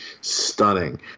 stunning